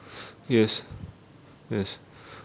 yes yes